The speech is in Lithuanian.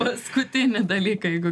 paskutinį dalyką jeigu